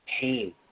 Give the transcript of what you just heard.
pain